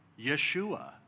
Yeshua